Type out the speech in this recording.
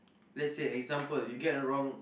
let's say example you get wrong